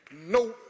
No